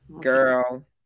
girl